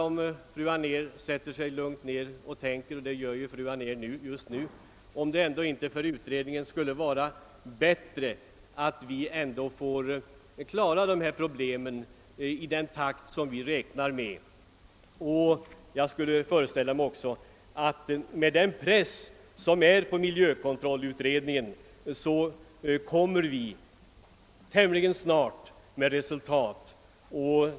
Om fru Anér sätter sig ner och tänker lugnt — vilket ju fru Anér gör just nu — tror jag hon finner att det skulle vara bättre för utredningen att vi finge klara problemen i den takt som vi räknar med. Med hänsyn till den press som råder på miljökontrollutredningen föreställer jag mig att vi tämligen snart kommer med resultat.